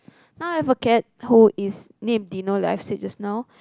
now I have a cat who is named Dino like I said just now